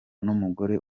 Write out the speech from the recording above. n’umugore